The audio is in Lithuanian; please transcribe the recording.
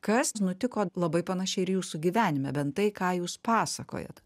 kas nutiko labai panašiai ir jūsų gyvenime bent tai ką jūs pasakojat